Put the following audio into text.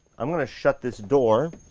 i'm gonna to shut this door.